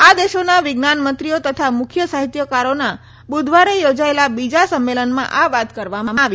આ દેશોના વિજ્ઞાનમંત્રીઓ તથા મુખ્ય સાહિત્યકારોના બુધવારે યોજાયેલા બીજા સંમેલનમાં આ વાત કરવામાં આવી